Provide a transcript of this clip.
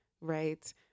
right